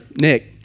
Nick